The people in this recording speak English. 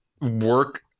work